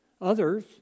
Others